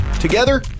Together